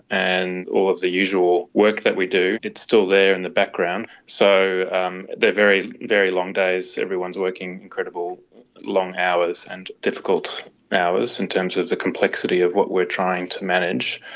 and all of the usual work that we do, it's still there in the background. so um they are very, very long days, everyone is working incredibly long hours and difficult hours in terms of the complexity of what we are trying to manage.